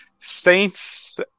Saints